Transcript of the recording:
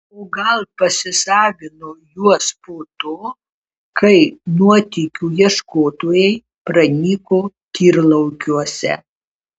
o gal pasisavino juos po to kai nuotykių ieškotojai pranyko tyrlaukiuose